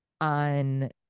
on